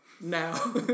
now